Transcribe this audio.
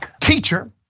Teacher